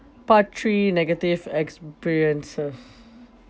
part three negative experiences